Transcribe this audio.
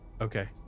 okay